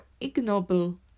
ignoble